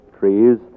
trees